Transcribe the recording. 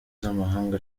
z’amahanga